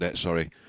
Sorry